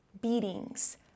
beatings